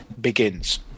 begins